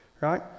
Right